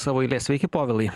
savo eilės sveiki povilai